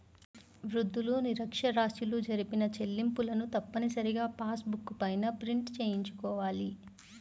వృద్ధులు, నిరక్ష్యరాస్యులు జరిపిన చెల్లింపులను తప్పనిసరిగా పాస్ బుక్ పైన ప్రింట్ చేయించుకోవాలి